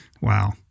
Wow